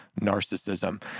narcissism